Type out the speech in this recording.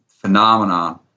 phenomenon